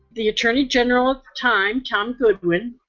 the attorney general time tom goodwin,